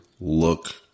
look